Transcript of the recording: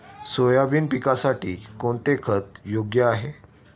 Soybean पिकासाठी कोणते खत योग्य आहे?